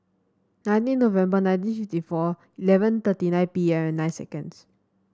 nineteen November nineteen fifty four eleven thirty nine P M nine seconds